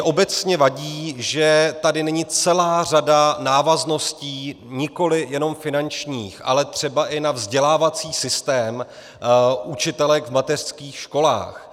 Mně obecně vadí, že tady není celá řada návazností, nikoli jenom finančních, ale třeba i na vzdělávací systém učitelek v mateřských školách.